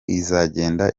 izagenda